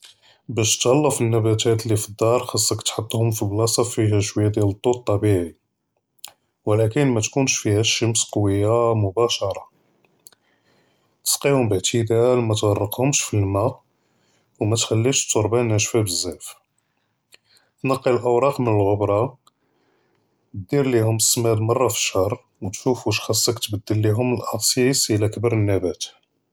באש תתהלא פִנבּתאת לפדאר, חצכ נחטהום פִבּלאצע פִיהא שוִי דיאל דוּ אלטבּעִי, ולכּן מתכּונש פִהא שמש קוִויה מֻבאשרָה, נסקִיהום בּאעתדאל מַנְערפהומש פִאלמא, וּמתח'לִיש תרבּה נאשפה בּזאף, נקִי לאואראק מלְע'בּרה, דיר להום סִמאד מָרָה פִשְׁהָר, וּשוף כִחצכ תבּדלהום אלאצִיץ אדא כּבּר נבּאת.